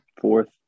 fourth